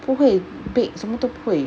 不会 bake 什么都不会